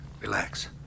Relax